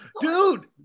dude